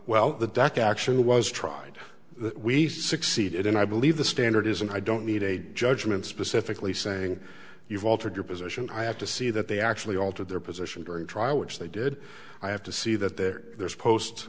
well the dock action was tried that we succeeded in i believe the standard is and i don't need a judgment specifically saying you've altered your position i have to see that they actually altered their position during the trial which they did i have to see that there there is post